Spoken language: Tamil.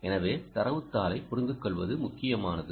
எனவே தரவுத் தாளைப் புரிந்துகொள்வது முக்கியமானது